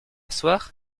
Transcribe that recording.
soir